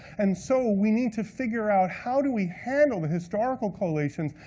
and so we need to figure out how do we handle the historical collations,